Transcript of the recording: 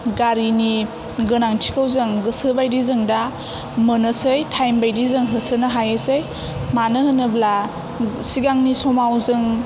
गारिनि गोनांथिखौ जों गोसो बादि जों दा मोनोसै टाइम बायदि जों होसोनो हायोसै मानो होनोब्ला सिगांनि समाव जों